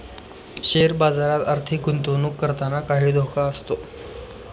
share बाजारात आर्थिक गुंतवणूक करताना काही धोका असतो